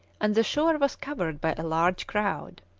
and the shore was covered by a large crowd.